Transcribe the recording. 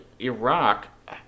Iraq